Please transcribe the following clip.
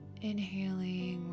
Inhaling